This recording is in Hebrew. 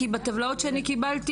כי יש טבלאות שאני קיבלתי.